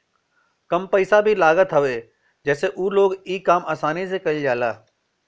कम पइसा भी लागत हवे जसे उ लोग इ काम आसानी से कईल जाला